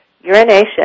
urination